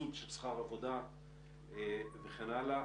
לסבסוד של שכר עבודה וכן הלאה.